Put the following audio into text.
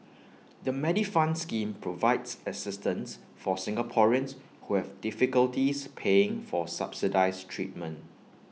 the Medifund scheme provides assistance for Singaporeans who have difficulties paying for subsidized treatment